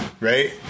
Right